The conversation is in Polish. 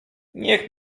niech